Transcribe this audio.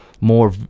more